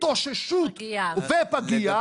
התאוששות ופגיה,